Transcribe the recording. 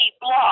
block